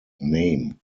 name